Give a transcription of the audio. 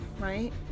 right